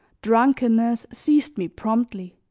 drunkenness seized me promptly